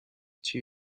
two